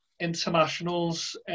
internationals